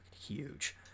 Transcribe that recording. huge